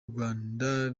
rwanda